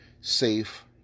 safe